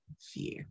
fear